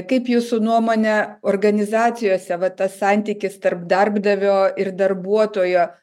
kaip jūsų nuomone organizacijose va tas santykis tarp darbdavio ir darbuotojo